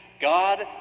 God